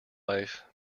life